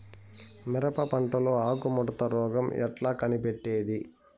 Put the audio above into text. మిరప పంటలో ఆకు ముడత రోగం ఎట్లా కనిపెట్టేది?